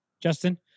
Justin